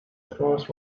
throws